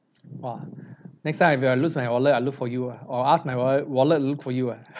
!wah! next time ah if I lose my wallet I look for you ah or I ask my wa~ wallet look for you ah